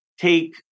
take